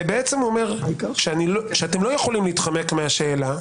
זה בעצם אומר שאתם לא יכולים להתחמק מהשאלה: